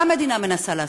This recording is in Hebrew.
מה המדינה מנסה לעשות,